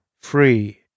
free